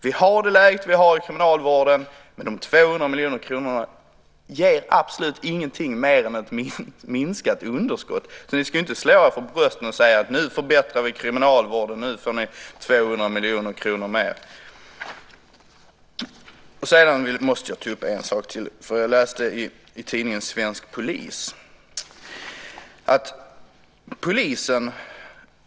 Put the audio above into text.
Vi har det läge vi har i kriminalvården. De 200 miljoner kronorna ger absolut ingenting mer än ett minskat underskott. Ni ska inte slå er för bröstet och säga: Nu förbättrar vi kriminalvården. Nu får ni 200 miljoner kronor mer. Sedan måste jag ta upp en sak till. Jag läste i tidningen Svensk Polis.